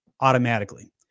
automatically